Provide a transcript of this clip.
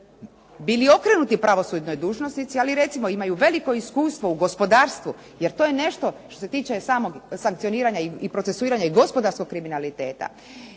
bili okrenuti pravosudnoj dužnosnici, ali recimo imaju veliko iskustvo u gospodarstvu, jer to je nešto što se tiče samog sankcioniranja i procesuiranja i gospodarskog kriminaliteta